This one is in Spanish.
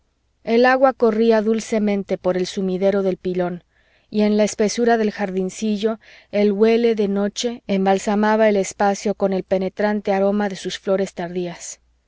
el agua corría dulcemente por el sumidero del pilón y en la espesura del jardincillo el huele de noche embalsamaba el espacio con el penetrante aroma de sus flores tardías